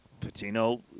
Patino